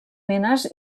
mines